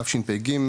תשפ"ג,